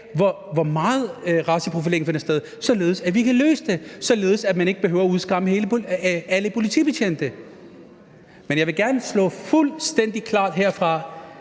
hvor meget raceprofilering der finder sted, således at vi kan løse det, og således at man ikke behøver at udskamme alle politibetjente. Men jeg vil gerne sige fuldstændig klart herfra,